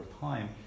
time